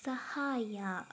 ಸಹಾಯ